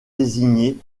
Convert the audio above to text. désignée